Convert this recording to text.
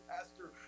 Pastor